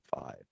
five